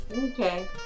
okay